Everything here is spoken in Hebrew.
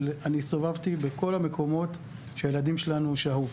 אני הסתובבתי בכל המקומות שהילדים שלנו שהו,